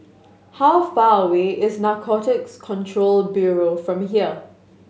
how far away is Narcotics Control Bureau from here